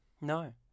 No